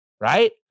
Right